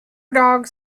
dogs